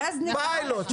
פיילוט,